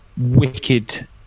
wicked